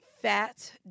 fat